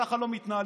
ככה לא מתנהלים.